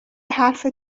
حرف